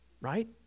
Right